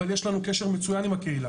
אבל יש לנו קשר מצוין עם הקהילה,